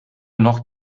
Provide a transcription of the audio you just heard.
noch